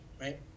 Right